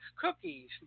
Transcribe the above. cookies